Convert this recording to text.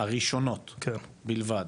הראשונות בלבד.